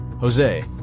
Jose